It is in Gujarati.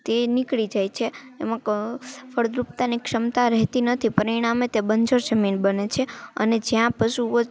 તે નીકળી જાય છે એમાં ફળદ્રુપતાની ક્ષમતા રહેતી નથી પરિણામે તે બંજર જમીન બને છે અને જ્યાં પશુઓ